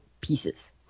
pieces